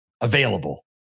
available